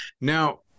Now